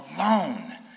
alone